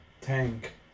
tank